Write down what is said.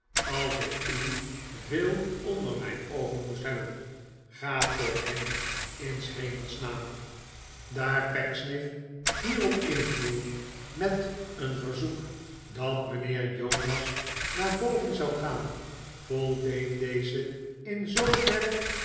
als ik u veel onder mijn oogen moest hebben ga toch heen in s hemels naam de eene of de andere daar pecksniff hierop inviel met een verzoek dat mijnheer jonas naar boven zou gaan voldeed deze in zooverre